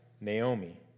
Naomi